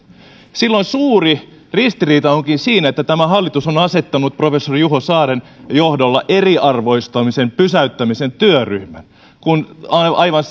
silloin suuri ristiriita onkin siinä että tämä hallitus on on asettanut professori juho saaren johdolla eriarvoistumisen pysäyttämisen työryhmän kun aivan